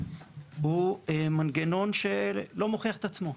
הקוראים הוא מנגנון שלא מוכיח את עצמו.